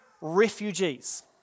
refugees